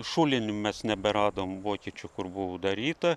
šulinio mes neberadom vokiečių kur buvo daryta